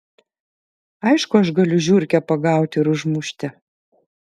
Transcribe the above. aišku aš galiu žiurkę pagauti ir užmušti